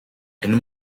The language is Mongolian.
энэ